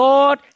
Lord